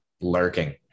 lurking